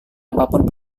apapun